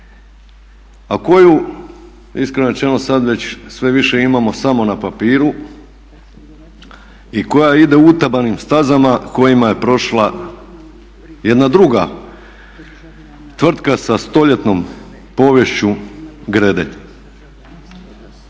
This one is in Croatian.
a koju iskreno rečeno sad već sve više imamo samo na papiru i koja ide utabanim stazama kojima je prošla jedna druga tvrtka sa stoljetnom poviješću "Gredelj".